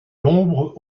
l’ombre